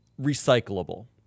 recyclable